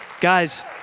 Guys